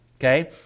okay